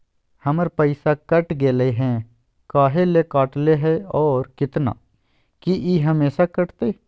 हमर पैसा कट गेलै हैं, काहे ले काटले है और कितना, की ई हमेसा कटतय?